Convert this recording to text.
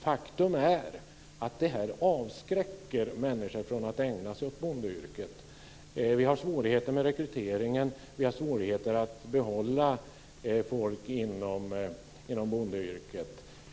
Faktum är att detta avskräcker människor från att ägna sig åt bondeyrket. Det finns svårigheter med rekryteringen och svårigheter med att behålla folk inom bondeyrket.